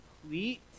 complete